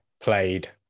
played